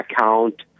account